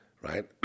right